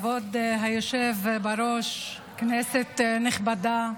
כבוד היושב בראש, כנסת נכבדה,